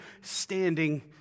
standing